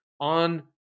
on